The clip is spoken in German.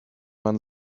man